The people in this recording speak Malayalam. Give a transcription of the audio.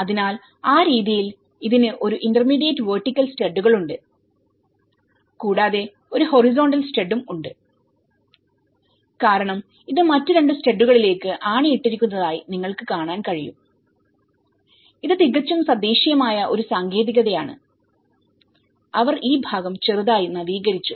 അതിനാൽ ആ രീതിയിൽ ഇതിന് ഒരു ഇന്റർമീഡിയറ്റ് വെർട്ടിക്കൽ സ്റ്റഡുകളുണ്ട് കൂടാതെ ഒരു ഹൊറിസോണ്ടൽ സ്റ്റഡുംഉണ്ട് കാരണം ഇത് മറ്റ് രണ്ട് സ്റ്റഡുകളിലേക്ക് ആണി ഇട്ടിരിക്കുന്നതായി നിങ്ങൾക്ക് കാണാൻ കഴിയും ഇത് തികച്ചും തദ്ദേശീയമായ ഒരു സാങ്കേതികതയാണ് അവർ ഈ ഭാഗം ചെറുതായി നവീകരിച്ചു